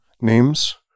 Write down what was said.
names